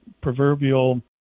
proverbial